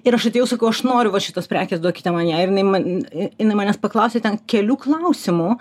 ir aš atėjau sakau aš noriu va šitos prekės duokite man ją ir jinai man jinai manęs paklausė ten kelių klausimų